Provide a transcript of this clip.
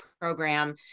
program